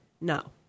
No